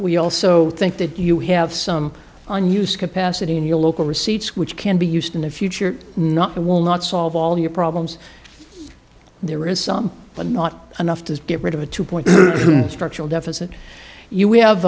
we also think that you have some unused capacity in your local receipts which can be used in the future not the will not solve all your problems there is some but not enough to get rid of a two point structural deficit you we have